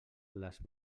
les